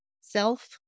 Self